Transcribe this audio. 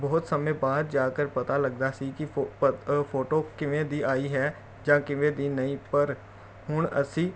ਬਹੁਤ ਸਮੇਂ ਬਾਅਦ ਜਾ ਕਰ ਪਤਾ ਲੱਗਦਾ ਸੀ ਕਿ ਫੋ ਪਰ ਫੋਟੋ ਕਿਵੇਂ ਦੀ ਆਈ ਹੈ ਜਾਂ ਕਿਵੇਂ ਦੀ ਨਹੀਂ ਪਰ ਹੁਣ ਅਸੀਂ